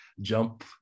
jump